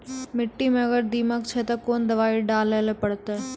मिट्टी मे अगर दीमक छै ते कोंन दवाई डाले ले परतय?